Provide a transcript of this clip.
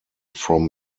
from